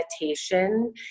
meditation